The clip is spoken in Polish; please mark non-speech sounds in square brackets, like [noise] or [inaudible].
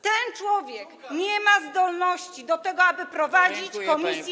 Ten człowiek nie ma zdolności do tego, aby prowadzić [noise] komisję.